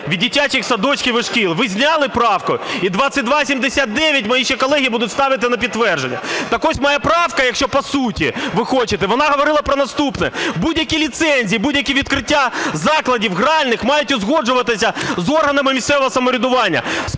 ви зняли правку. І 2279 мої ще колеги будуть ставити на підтвердження. Так ось, моя правка, якщо, по суті ви хочете, вона говорила про наступне: будь-які ліцензії, будь-які відкриття закладів гральних мають узгоджуватися з органами місцевого самоврядування.